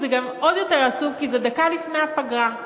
זה גם עוד יותר עצוב כי זה דקה לפני הפגרה.